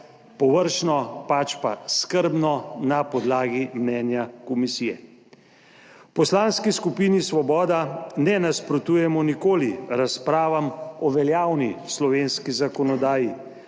površno pač pa skrbno na podlagi mnenja komisije. V Poslanski skupini Svoboda ne nasprotujemo nikoli razpravam o veljavni slovenski zakonodaji,